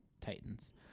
Titans